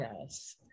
Yes